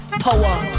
power